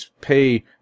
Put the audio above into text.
pay